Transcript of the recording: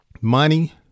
money